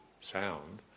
sound